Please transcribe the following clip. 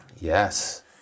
Yes